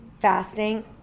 fasting